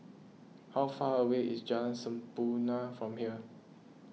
how far away is Jalan Sampurna from here